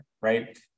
right